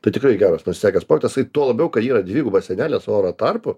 tai tikrai geras pasisekęs projektas tai tuo labiau kai yra dviguba sienelė su oro tarpu